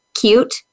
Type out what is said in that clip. Cute